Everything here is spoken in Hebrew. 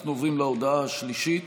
אנחנו עוברים להודעה השלישית,